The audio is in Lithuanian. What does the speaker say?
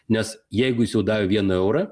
nes jeigu jis jau davė vieną eurą